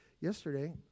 yesterday